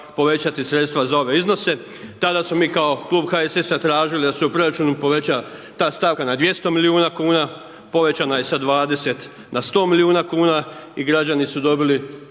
povećati sredstva za ove iznose, tada smo mi kao klub HSS-a tražili da se u proračunu poveća ta stavka na 200 milijuna kuna, povećana je sa 20 na 100 milijuna i građani su dobili